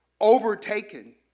overtaken